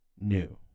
new